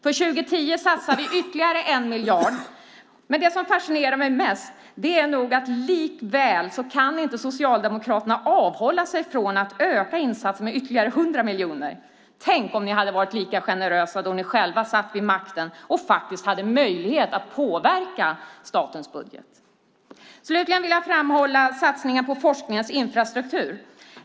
För 2010 satsar vi ytterligare 1 miljard, men det som fascinerar mig mest är nog att Socialdemokraterna likväl inte kan avhålla sig från att öka insatserna med ytterligare 100 miljoner. Tänk om ni hade varit lika generösa då ni själva satt vid makten och faktiskt hade möjlighet att påverka statens budget. Slutligen vill jag framhålla satsningar på forskningens infrastruktur.